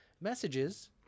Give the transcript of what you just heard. messages